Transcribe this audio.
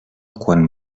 quan